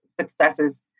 successes